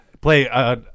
play